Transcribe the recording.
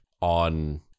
on